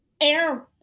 air